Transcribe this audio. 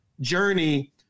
journey